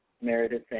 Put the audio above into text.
Meredith